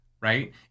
right